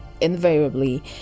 invariably